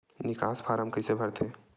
निकास फारम कइसे भरथे?